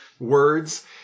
Words